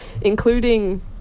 including